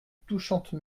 touchante